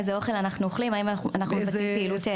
האם אנחנו מבצעים פעילות גופנית,